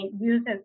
uses